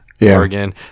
Oregon